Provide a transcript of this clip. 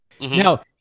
Now